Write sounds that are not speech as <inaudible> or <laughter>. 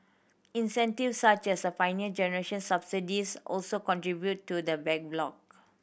<unintelligible> such as the Pioneer Generation subsidies also contributed to the backlog